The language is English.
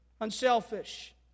Unselfish